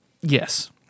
Yes